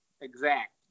exact